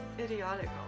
Idiotic